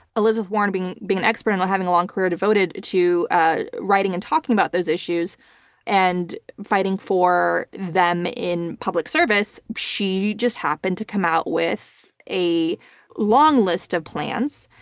elizabeth warren being being an expert, and having a long career devoted to ah writing and talking about those issues and fighting for them in public service, she just happened to come out with a long list of plans.